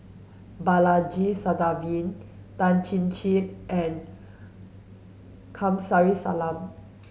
Balaji Sadasivan Tan Chin Chin and Kamsari Salam